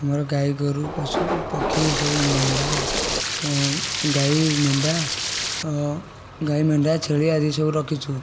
ମୋର ଗାଈ ଗୋରୁ ପଶୁ ପକ୍ଷୀ ଏସବୁ ମେଣ୍ଢା ଗାଈ ମେଣ୍ଢା ଗାଈ ମେଣ୍ଢା ଛେଳି ଆଦି ସବୁ ରଖିଛୁ